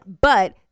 But-